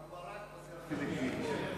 גם ברק עוזר פיליפיני.